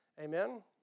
Amen